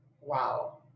Wow